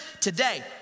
today